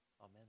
Amen